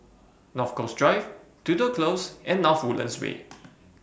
North Coast Drive Tudor Close and North Woodlands Way